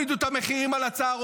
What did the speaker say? נניח שתורידו את המחירים על הצהרונים,